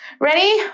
ready